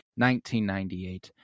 1998